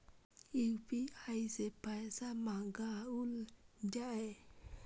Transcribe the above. UPI सै पैसा मंगाउल जाय?